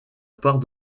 part